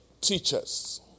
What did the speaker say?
teachers